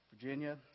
Virginia